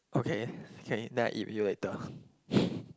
okay can then I eat with you later